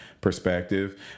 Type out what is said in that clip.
perspective